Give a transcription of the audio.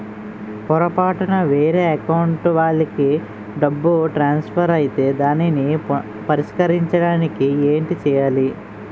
పొరపాటున వేరే అకౌంట్ వాలికి డబ్బు ట్రాన్సఫర్ ఐతే దానిని పరిష్కరించడానికి ఏంటి చేయాలి?